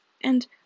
and